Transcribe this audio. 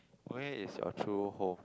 where is your true home